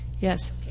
Yes